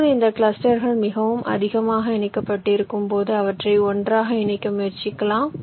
இப்போது இந்த கிளஸ்டர்கள் மிகவும் அதிகமாக இணைக்கப்பட்டிருக்கும் போது அவற்றை ஒன்றாக இணைக்க முயற்சிக்கலாம்